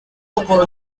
pukul